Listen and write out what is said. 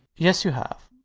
yes, you have.